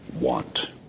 want